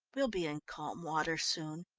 we'll be in calm water soon,